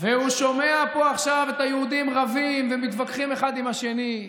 והוא שומע פה עכשיו את היהודים רבים ומתווכחים אחד עם השני,